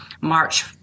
March